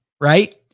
right